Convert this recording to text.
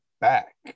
back